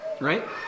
right